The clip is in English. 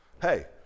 hey